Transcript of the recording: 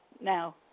Now